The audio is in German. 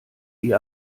wie